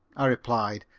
i replied,